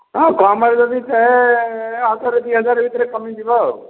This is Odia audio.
ହଁ କମ୍ରେ ଯଦି ସେ ହଜାରେ ଦୁଇ ହଜାର ଭିତରେ କମିଯିବ ଆଉ